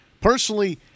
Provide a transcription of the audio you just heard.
personally